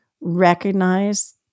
recognize